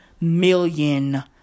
million